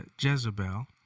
Jezebel